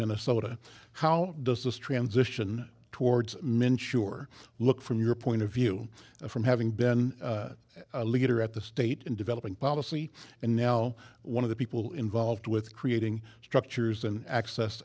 minnesota how does this transition towards men sure look from your point of view from having been a leader at the state in developing policy and now one of the people involved with creating structures and access